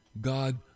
God